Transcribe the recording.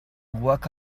walk